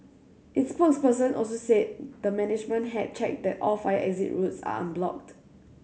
its spokesperson also said the management had checked that all fire exit routes are unblocked